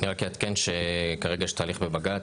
אני רק אעדכן שכרגע יש תהליך בבג"ץ.